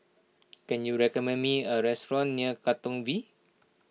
can you recommend me a restaurant near Katong V